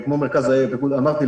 אמרתי,